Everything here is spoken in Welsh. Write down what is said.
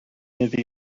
iddi